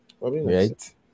right